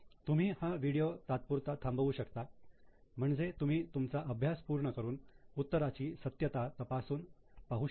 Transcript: तुम्ही हा व्हिडिओ तात्पुरता थांबवू शकता म्हणजे तुम्ही तुमचा अभ्यास पूर्ण करून उत्तराची सत्यता तपासून शकता